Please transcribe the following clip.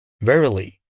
Verily